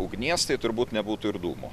ugnies tai turbūt nebūtų ir dūmų